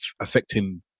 affecting